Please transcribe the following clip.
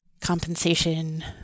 compensation